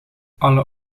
alle